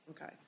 Okay